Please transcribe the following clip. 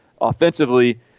offensively